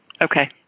Okay